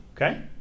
okay